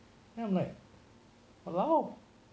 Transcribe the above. like !walao!